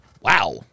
Wow